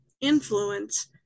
influence